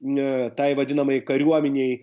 tai vadinamai kariuomenei